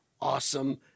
Awesome